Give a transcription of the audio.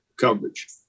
coverage